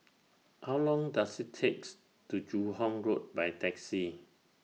How Long Does IT takes to Joo Hong Road By Taxi